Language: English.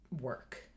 work